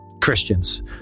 Christians